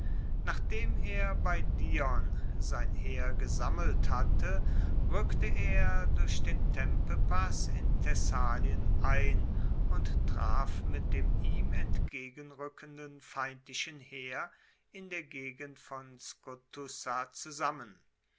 nachdem er bei dion sein heer gesammelt hatte rueckte er durch den tempepass in thessalien ein und traf mit dem ihm entgegenrueckenden feindlichen heer in der gegend von skotussa zusammen